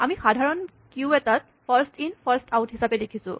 আমি সাধাৰণ কিউ এটাত ফাৰ্স্ট ইন ফা্ৰ্স্ট আউট হিচাপে দেখিছোঁ